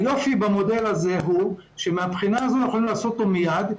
היופי במודל הזה הוא שאפשר לעשותו מיד,